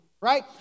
right